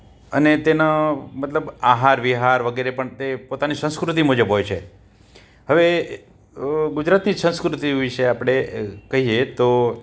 અને તેના મતલબ આહાર વિહાર વગેરે પણ તે પોતાની સંસ્કૃતિ મુજબ હોય છે હવે ગુજરાતી સંસ્કૃતિ વિષે આપણે કહીએ તો